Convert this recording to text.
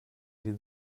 den